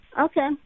Okay